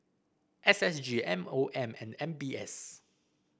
S S G M O M and M B S